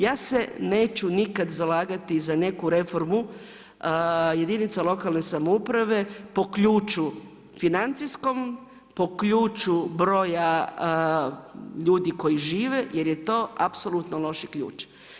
Ja se neću nikada zalagati za neku reformu jedinica lokalne samouprave po ključu financijskom, po ključnu broja ljudi koja žive, jer je to apsolutno loši ključ.